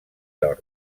york